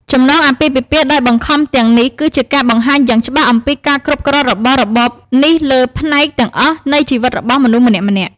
ចំណងអាពាហ៍ពិពាហ៍ដោយបង្ខំទាំងនេះគឺជាការបង្ហាញយ៉ាងច្បាស់អំពីការគ្រប់គ្រងរបស់របបនេះលើគ្រប់ផ្នែកទាំងអស់នៃជីវិតរបស់មនុស្សម្នាក់ៗ។